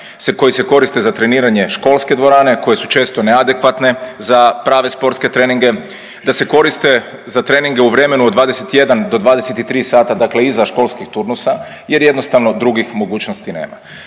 koje se koriste za treniranje školske dvorane koje su često neadekvatne za prave sportske treninge, da se koriste za treninge u vremenu od 21,00-23,00 dakle iza školskih turnusa jer jednostavno drugih mogućnosti nema.